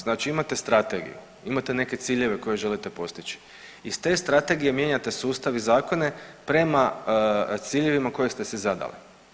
Znači imate strategiju, imate neke ciljeve koje želite postići iz te strategije mijenjate sustav i zakone prema ciljevima koje ste si zadali.